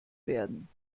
werden